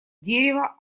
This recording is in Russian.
дерево